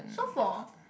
so for